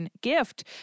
gift